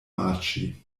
maĉi